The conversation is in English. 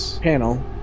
panel